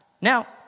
Now